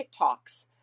TikToks